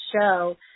show